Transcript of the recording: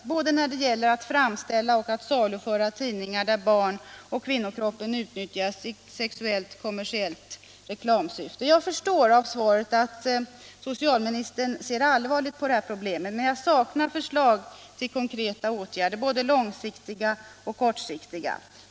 Förbudet bör gälla både framställning och saluförande av tidningar där barn och kvinnokroppen utnyttjas i sexuellt kommersiellt syfte. Jag förstod av svaret att socialministern ser allvarligt på problemet, men jag saknar förslag till konkreta åtgärder, både långsiktiga och kortsiktiga.